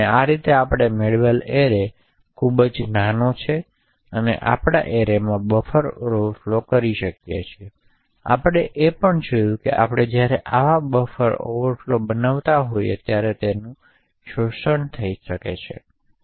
આ રીતે આપણે મેળવેલું એરે ખૂબ ઓછું છે અને આપણે મારા એરેમાં બફર ઓવરફ્લો કરી શકીએ છીએ જેથી આપણે પહેલા જોયું હોય કે આપણે જ્યારે આવા બફર ઓવરફ્લો બનાવતા હોઈએ ત્યારે તેનો શોષણ થઈ શકે છે